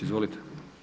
Izvolite.